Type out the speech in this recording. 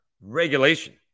regulation